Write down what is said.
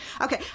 Okay